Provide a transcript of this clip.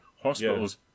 Hospitals